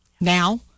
now